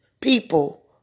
people